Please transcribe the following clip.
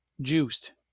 juiced